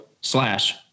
slash